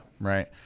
Right